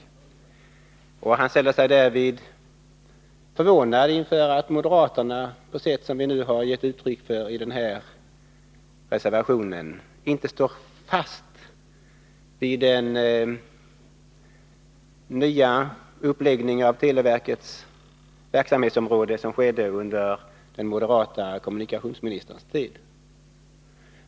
Rolf Sellgren ställer sig förvånad över att moderaterna genom vad vi givit uttryck för i reservationer inte står fast vid den nya uppläggning av televerkets verksamhetsområde som gjordes under den moderate kommunikationsministerns tid.